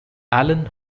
alan